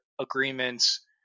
agreements